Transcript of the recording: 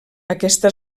aquesta